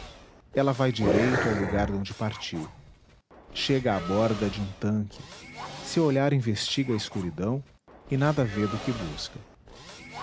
ela vai direito ao lugar donde partiu chega à borda de um tanque seu olhar investiga a escuridão e nada vê do que busca